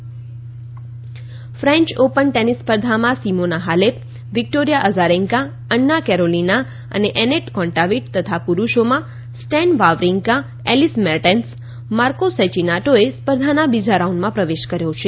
French Open French Open tennis સ્પર્ધામાં Simona Halep Victoria Azarenka Anna Karolina અને Anett Kontaveit તથા પુરૂષોમાં Stan Wawrinka Elise Mertens Marco સેચીનાટોએ સ્પર્ધાના બીજા રાઉન્ડમાં પ્રવેશ કર્યો છે